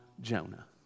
Jonah